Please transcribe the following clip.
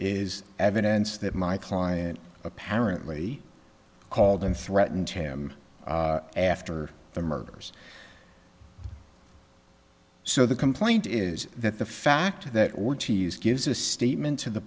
is evidence that my client apparently called and threatened him after the murders so the complaint is that the fact that ortiz gives a statement to the